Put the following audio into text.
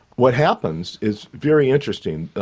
what happens is very interesting.